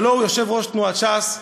הלוא הוא יושב-ראש תנועת ש"ס,